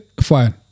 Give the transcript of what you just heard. fine